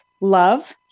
love